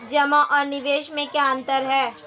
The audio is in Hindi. जमा और निवेश में क्या अंतर है?